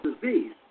disease